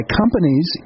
companies